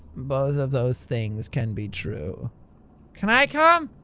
both of those things can be true can i come?